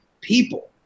people